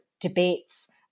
debates